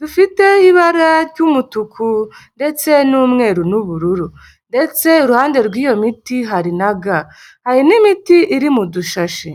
dufite ibara ry'umutuku ndetse n'umweru n'ubururu ndetse iruhande rw'iyo miti hari naga hari n'imiti iri mu dushashi.